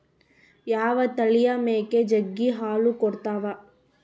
ಯಾವ ತಳಿಯ ಮೇಕೆ ಜಗ್ಗಿ ಹಾಲು ಕೊಡ್ತಾವ?